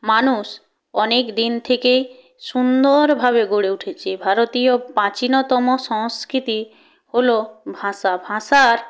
মানুষ অনেকদিন থেকেই সুন্দরভাবে গড়ে উঠেছে ভারতীয় প্রাচীনতম সংস্কৃতি হলো ভাষা ভাষার